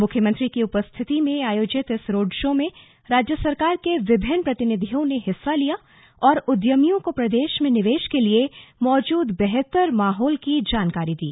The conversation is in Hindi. मुख्यमंत्री की उपस्थिति में आयोजित इस रोड शो में राज्य सरकार के विभिन्न प्रतिनिधियों ने हिस्सा लिया और उद्यमियों को प्रदेश में निवेश के लिए मौजूद बेहतर माहौल की जानकारी दी